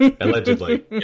Allegedly